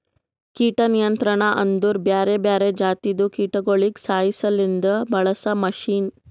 ಕೀಟ ನಿಯಂತ್ರಣ ಅಂದುರ್ ಬ್ಯಾರೆ ಬ್ಯಾರೆ ಜಾತಿದು ಕೀಟಗೊಳಿಗ್ ಸಾಯಿಸಾಸಲೆಂದ್ ಬಳಸ ಮಷೀನ್